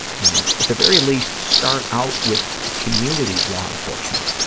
you know, at the very least, start out with community law enforcement.